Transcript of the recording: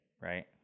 right